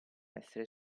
essere